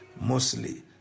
mostly